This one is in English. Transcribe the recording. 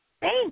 Thanks